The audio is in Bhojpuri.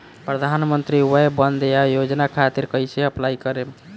प्रधानमंत्री वय वन्द ना योजना खातिर कइसे अप्लाई करेम?